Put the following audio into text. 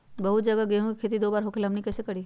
बहुत जगह गेंहू के खेती दो बार होखेला हमनी कैसे करी?